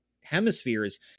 Hemispheres